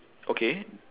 okay